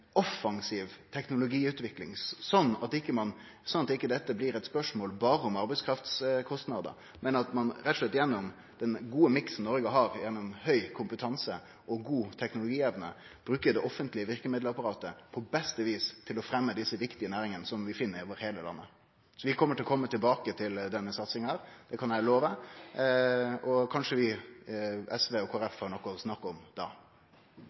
offensiv teknologiutvikling, sånn at ikkje dette blir eit spørsmål om berre arbeidskraftskostnader, men at ein rett og slett gjennom den gode miksen Noreg har gjennom høg kompetanse og god teknologievne, bruker det offentlege verkemiddelapparatet på beste vis til å fremje desse viktige næringane, som vi finn over heile landet. Så vi vil kome tilbake til denne satsinga, det kan eg love. Kanskje vi – SV og Kristeleg Folkeparti – har noko å snakke om